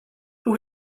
who